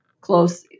close